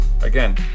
again